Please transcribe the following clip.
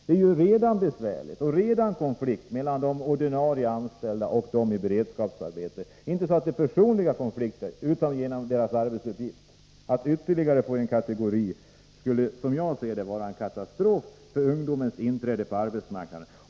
Det är ju redan nu besvärligt — det uppstår konflikter mellan de ordinarie anställda och dem i beredskapsarbete. Det är inte personliga konflikter, utan konflikter som har att göra med arbetsuppgifterna. Att skapa ytterligare en kategori arbetande skulle, som jag ser det, vara en katastrof för ungdomarnas inträde på arbetsmarknaden.